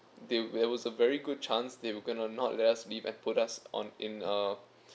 they there was a very good chance they would gonna not let us leave and put us on in err